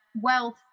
wealth